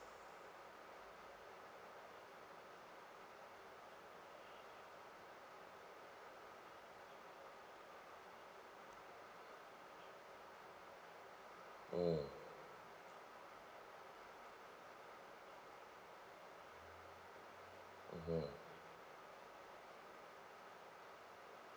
mm mmhmm